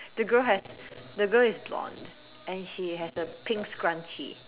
the girl has the girl is blonde and she has a pink scrunchie